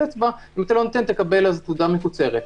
אצבע אם אתה לא נותן תקבל תעודה מקוצרת.